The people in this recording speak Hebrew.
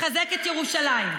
לחזק את ירושלים.